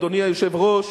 אדוני היושב-ראש,